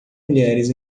mulheres